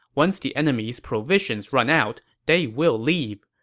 once the enemy's provisions run out, they will leave.